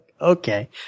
Okay